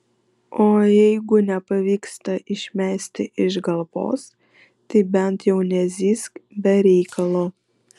o jeigu nepavyksta išmesti iš galvos tai bent jau nezyzk be reikalo